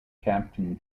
captain